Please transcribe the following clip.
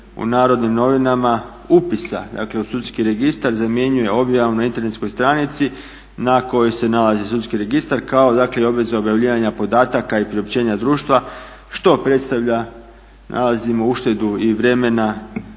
u Narodnim novinama upisa, dakle u sudski registar zamjenjuje objavom na internetskoj stranici na kojoj se nalazi sudski registar kao dakle i obvezom objavljivanja podataka i priopćenja društva što predstavlja nalazimo uštedu i vremena